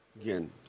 Again